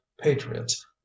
patriots